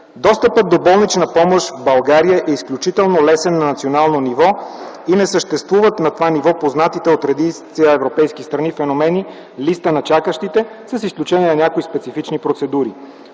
Достъпът до болнична помощ в България е изключително лесен на национално ниво и не съществуват на това ниво познатите от редица европейски страни феномени – „листи на чакащите”, с изключение на някои специфични процедури.